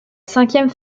cinquième